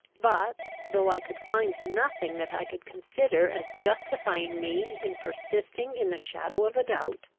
but, though i could find nothing that i could consider as justifying me in persisting in the shadow of a doubt,